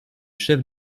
chef